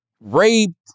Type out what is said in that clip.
raped